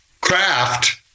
craft